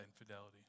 infidelity